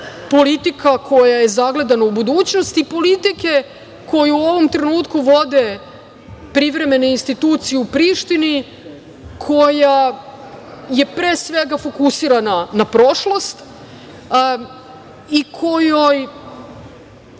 politika koja je zagledana u budućnost i politike koju u ovom trenutku vode privremene institucije u Prištini koja je, pre svega fokusirana na prošlost i kojoj